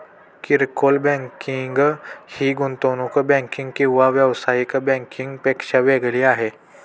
किरकोळ बँकिंग ही गुंतवणूक बँकिंग किंवा व्यावसायिक बँकिंग पेक्षा वेगळी आहे